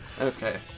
Okay